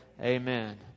Amen